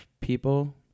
people